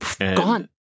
Gone